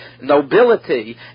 nobility